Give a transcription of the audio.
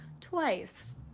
twice